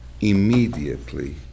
immediately